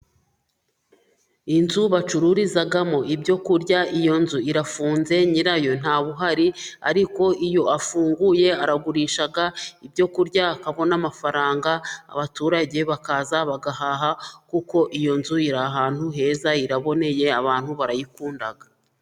Inzu bacururizamo ibyo kurya. Iyo nzu irafunze nyirayo ntawuhari ariko iyo afunguye aragurisha ibyokurya, abona amafaranga abaturage bakaza bagahaha kuko iyo nzu iri ahantu heza iraboneye, abantu barayikunda.